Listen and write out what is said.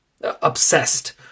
obsessed